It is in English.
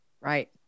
Right